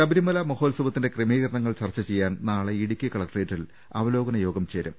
ശബരിമല മഹോത്സവത്തിന്റെ ക്രമീകരണങ്ങൾ ചർച്ച ചെയ്യാൻ നാളെ ഇടുക്കി കളക്ടറേറ്റിൽ അവലോകന യോഗം ചേരും